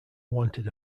wanted